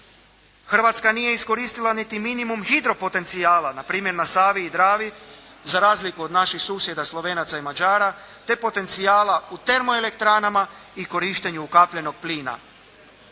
Hrvatska nije iskoristila niti minimum hidro potencijala na primjer na Savi i Dravi za razliku od naših susjeda Slovenaca i Mađara te potencijala u termo elektranama i korištenju ukapljenog plina.